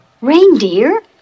Reindeer